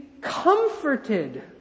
comforted